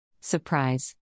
Surprise